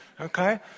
Okay